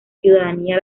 ciudadanía